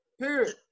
Period